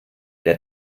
der